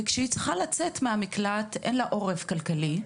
וכאשר היא צריכה לצאת מן המקלט אין לה עורף כלכלי.